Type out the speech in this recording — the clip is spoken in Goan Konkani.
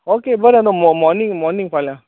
ऑके बरें न मॉ मॉनींग मॉनींग फाल्यां